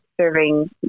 serving